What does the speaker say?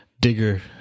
digger